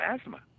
asthma